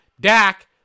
Dak